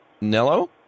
Nello